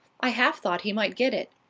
i half thought he might get it.